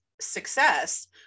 success